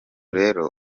rero